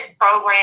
program